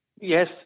Yes